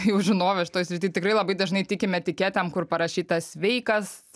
jau žinovė šitoj srity tikrai labai dažnai tikim etiketėm kur parašyta sveikas